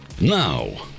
Now